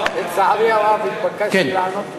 לא, אבל לצערי הרב, נתבקשתי לענות במקומו.